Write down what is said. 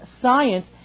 science